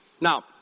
Now